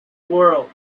world